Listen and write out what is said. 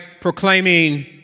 proclaiming